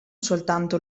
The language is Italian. soltanto